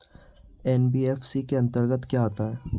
NBFC के अंतर्गत क्या आता है?